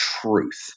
truth